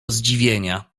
zdziwienia